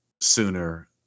sooner